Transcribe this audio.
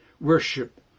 worship